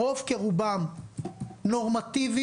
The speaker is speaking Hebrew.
רוב כרובם נורמטיביים,